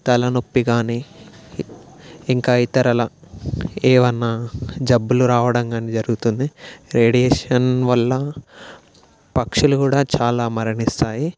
తలనొప్పి గానీ ఇంకా ఇతరల ఏవన్నా జబ్బులు రావడం గానీ జరుగుతుంది రేడియేషన్ వల్ల పక్షులు కూడా చాలా మరణిస్తాయి